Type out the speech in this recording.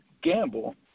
gamble